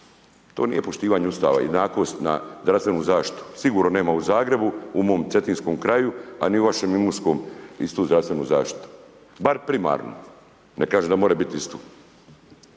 To nije poštivanje Ustava jednakost na zdravstvenu zaštitu sigurno nema u Zagrebu, u mom cetinskom kraju a ni u vašem Imotskom istu zdravstvenu zaštitu, bar primarnu, ne kažem da mora biti ista.